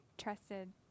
trusted